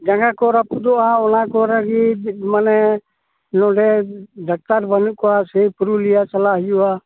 ᱡᱟᱸᱜᱟ ᱠᱚ ᱨᱟᱹᱯᱩᱫᱚᱜᱼᱟ ᱚᱱᱟ ᱠᱚ ᱞᱟᱹᱜᱤᱫ ᱢᱟᱱᱮ ᱱᱚᱸᱰᱮ ᱰᱟᱠᱛᱟᱨ ᱵᱟᱹᱱᱩᱜ ᱠᱚᱣᱟ ᱥᱮᱭ ᱯᱩᱨᱩᱞᱤᱭᱟᱹ ᱪᱟᱞᱟᱜ ᱦᱩᱭᱩᱜᱼᱟ